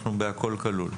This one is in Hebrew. בבקשה.